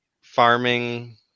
farming